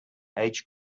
age